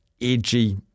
edgy